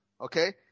okay